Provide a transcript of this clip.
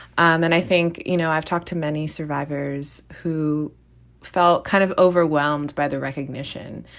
and i think, you know, i've talked to many survivors who felt kind of overwhelmed by the recognition,